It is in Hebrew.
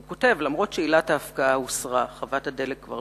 הוא ממשיך כותב: